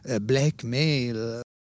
blackmail